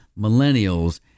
millennials